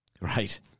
Right